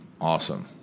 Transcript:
Awesome